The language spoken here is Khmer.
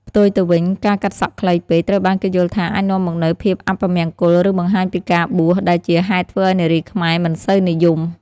ផ្ទុយទៅវិញ ការកាត់សក់ខ្លីពេក ត្រូវបានគេយល់ថាអាចនាំមកនូវ ភាពអពមង្គល ឬបង្ហាញពីការបួស ដែលជាហេតុធ្វើឱ្យនារីខ្មែរមិនសូវនិយម។